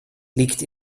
liegt